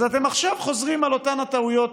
אז אתם עכשיו חוזרים על אותן הטעויות